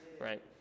right